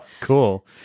Cool